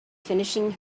finishing